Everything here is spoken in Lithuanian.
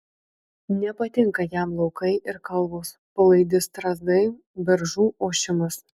nepatinka jam laukai ir kalvos palaidi strazdai beržų ošimas